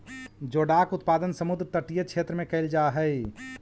जोडाक उत्पादन समुद्र तटीय क्षेत्र में कैल जा हइ